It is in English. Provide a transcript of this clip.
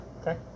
Okay